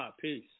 Peace